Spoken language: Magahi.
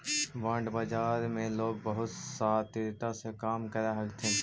बॉन्ड बाजार में लोग बहुत शातिरता से काम करऽ हथी